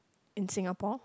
in Singapore